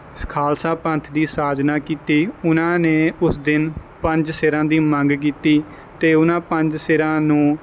ਸ ਖਾਲਸਾ ਪੰਥ ਦੀ ਸਾਜਨਾ ਕੀਤੀ ਉਹਨਾਂ ਨੇ ਉਸ ਦਿਨ ਪੰਜ ਸਿਰਾਂ ਦੀ ਮੰਗ ਕੀਤੀ ਅਤੇ ਉਹਨਾਂ ਪੰਜ ਸਿਰਾਂ ਨੂੰ